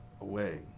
away